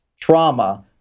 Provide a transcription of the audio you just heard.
trauma